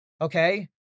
Okay